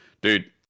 dude